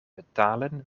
betalen